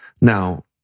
Now